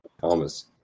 Thomas